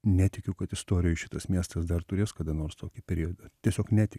netikiu kad istorijoj šitas miestas dar turės kada nors tokį periodą tiesiog netik